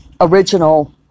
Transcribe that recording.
original